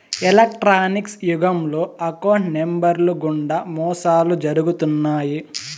electronics యుగంలో account నెంబర్లు గుండా మోసాలు జరుగుతున్నాయి